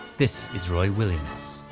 this is roy williams.